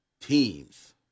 teams